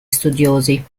studiosi